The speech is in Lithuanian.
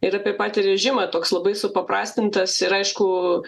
ir apie patį režimą toks labai supaprastintas ir aišku